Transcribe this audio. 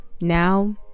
now